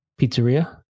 Pizzeria